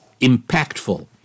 impactful